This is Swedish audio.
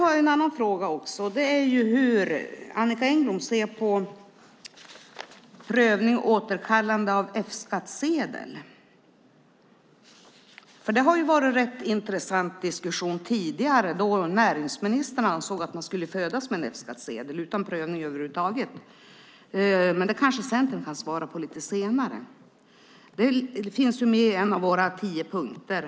Jag har en annan fråga också, och det är: Hur ser Annicka Engblom på prövning och återkallande av F-skattsedel? Det har varit en rätt intressant diskussion om detta tidigare då näringsministern ansåg att man skulle födas med en F-skattsedel utan prövning över huvud taget. Men det kanske Centern kan svara på lite senare. Det finns med i en av våra tio punkter.